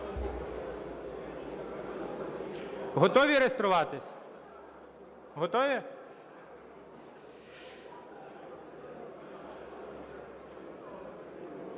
Готові реєструватись? Готові?